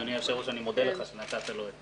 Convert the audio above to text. אדוני היושב-ראש אני מודה לך שנתת לו את